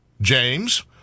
James